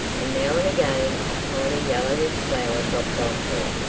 and now and again a tiny yellowish flower dropped on her.